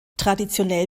traditionell